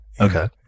okay